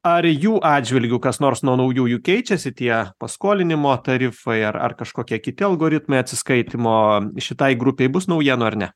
ar jų atžvilgiu kas nors nuo naujųjų keičiasi tie paskolinimo tarifai ar ar kažkokie kiti algoritmai atsiskaitymo šitai grupei bus naujienų ar ne